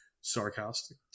sarcastic